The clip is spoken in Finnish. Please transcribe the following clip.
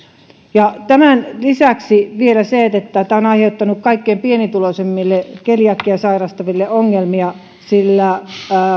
tämän lisäksi on vielä se että tämä on aiheuttanut kaikkein pienituloisimmille keliakiaa sairastaville ongelmia sillä